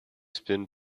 spin